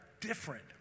different